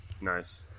Nice